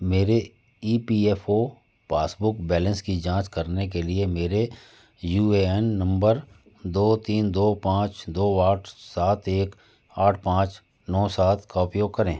मेरे E P F O passbook balance की जाँच करने के लिए मेरे यू ए एन नम्बर दो तीन दो पाँच दो आठ सात एक आठ पाँच नौ सात का उपयोग करें